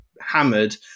hammered